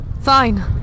Fine